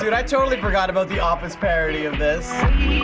you know i totally forgot about the office parody of this.